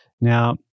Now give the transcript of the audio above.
Now